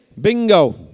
Bingo